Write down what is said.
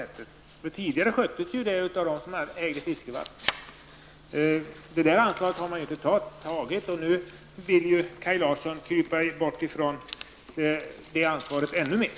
Tidigare hade de som ägde fiskevattnen detta ansvar. Staten har inte alls tagit sitt ansvar, och nu vill Kaj Larsson krypa undan det ansvaret ännu mer.